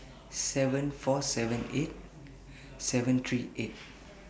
seven four seven eight seven three eight